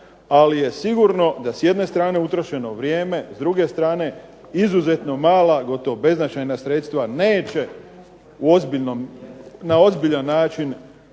Ali je sigurno da s jedne strane utrošeno vrijeme, s druge strane izuzetno mala, gotovo beznačajna sredstva neće na ozbiljan način